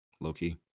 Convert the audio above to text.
low-key